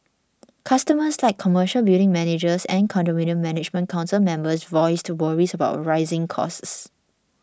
customers like commercial building managers and condominium management council members voiced to worries about rising costs